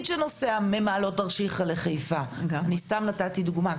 שנוסע ממעלות תרשיחא לחיפה - סתם נתתי דוגמה.